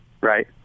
Right